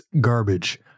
garbage